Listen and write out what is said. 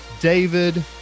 David